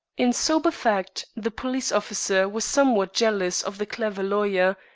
in sober fact, the police officer was somewhat jealous of the clever lawyer,